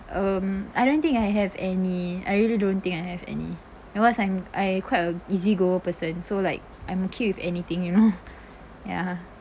um I don't think I have any I really don't think I have any because I'm I quite a easy goer person so like I'm okay with anything you know ya